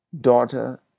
daughter